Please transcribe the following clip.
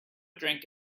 drink